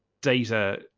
data